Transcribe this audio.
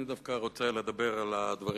השאלה היא אם להחשיב את זה בזמן או לא.